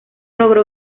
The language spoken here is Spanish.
logró